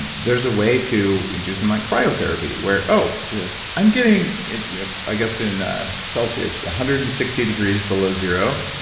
there's a way to induce in like, cryotherapy where oh, yeah i'm getting you know i guess in celsius one hundred and sixty degrees below zero,